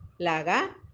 laga